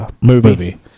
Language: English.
movie